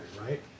right